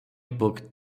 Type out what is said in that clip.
book